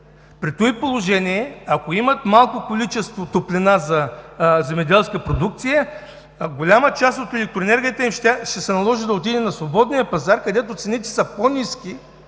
при това положение, ако имат малко количество топлина за земеделска продукция, голяма част от електроенергията им ще се наложи да отиде на свободния пазар, където цените са по-ниски